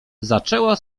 zaczęła